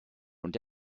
und